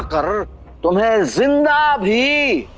but um is in the